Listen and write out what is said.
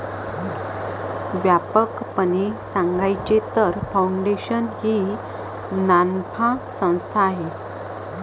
व्यापकपणे सांगायचे तर, फाउंडेशन ही नानफा संस्था आहे